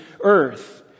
earth